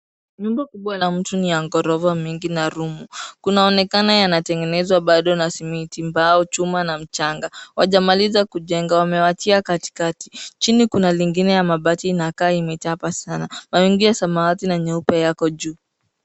Nyumba kubwa ya mtu yenye ghorofa na rumu. kunaonekana yanatengenezwa bado na simiti, mbao, chuma na mchanga. Hawajamaliza kujenga wamewachia katikati. Chini Kuna lingine ya mabati inakaa imechapa sana. mawingu ya samawati na nyeupe yako juu.